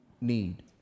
need